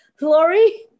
Lori